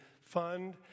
Fund